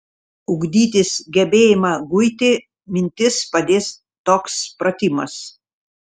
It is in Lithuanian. ugdytis gebėjimą guiti mintis padės toks pratimas